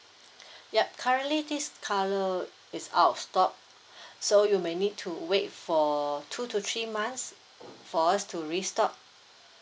yup currently this colour is out of stock so you may need to wait for two to three months for us to restock